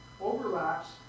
overlaps